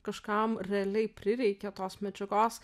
kažkam realiai prireikia tos medžiagos